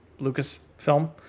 Lucasfilm